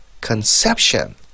conception